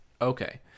Okay